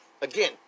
Again